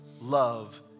love